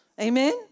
Amen